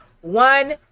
One